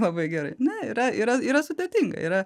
labai gerai na yra yra yra sudėtinga yra